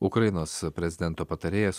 ukrainos prezidento patarėjas